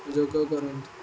ଯୋଗ କରନ୍ତୁ